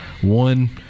One